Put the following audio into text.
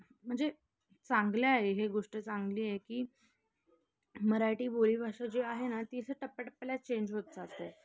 म्हणजे चांगली आहे हे गोष्ट चांगली आहे की मराठी बोलीभाषा जी आहे ना ती असं टप्प्याटप्प्याला चेंज होत जातं आहे